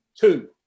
two